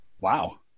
Wow